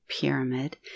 pyramid